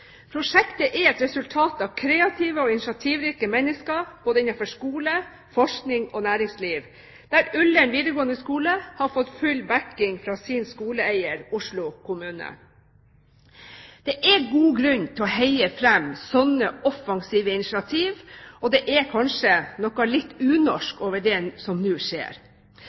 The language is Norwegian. Prosjektet er et resultat av kreative og initiativrike mennesker både innenfor skole, forskning og næringsliv, der Ullern videregående skole har fått full backing fra sin skoleeier, Oslo kommune. Det er god grunn til å heie fram slike offensive initiativ, og det er kanskje noe litt unorsk over det som nå skjer.